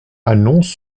annonce